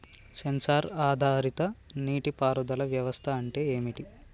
Censor ఆధారిత నీటి పారుదల వ్యవస్థ అంటే ఏమిటి?